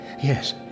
Yes